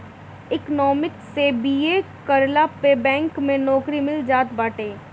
ecommerce से BA करला पअ बैंक में नोकरी मिल जात बाटे